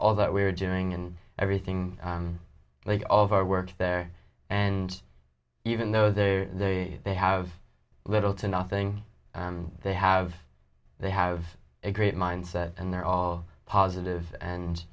that we're doing and everything like all of our work there and even though they they they have little to nothing they have they have a great mindset and they're all positives and